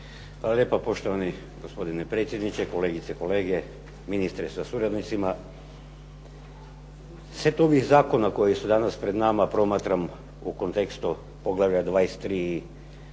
Hvala lijepa. Poštovani gospodine predsjedniče, kolegice i kolege, ministre sa suradnicima. Set ovih zakona koji su danas pred nama promatram u kontekstu poglavlja 23